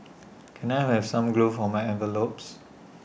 can I have some glue for my envelopes